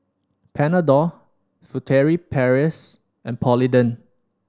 Panadol Furtere Paris and Polident